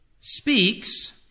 speaks